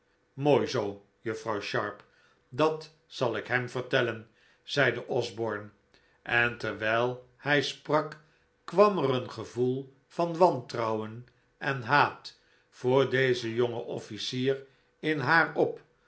mooi zoo juffrouw sharp dat zal ik hem vertellen zeide osborne en terwijl hij sprak kwam er een gevoel van wantrouwen en haat voor dezen jongen officier in haar op